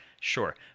sure